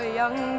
young